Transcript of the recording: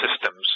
systems